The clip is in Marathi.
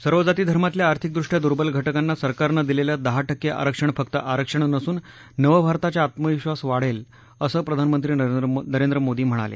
सर्व जाती धर्मातल्या आर्थिकदृष्ट्या दुर्वल घटकांना सरकारनं दिलेलं दहा टक्के आरक्षण फक्त आरक्षण नसून नव भारताचा आत्मविधास वाढेल असं प्रधानमंत्री नरेंद्र मोदी म्हणाले